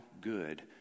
good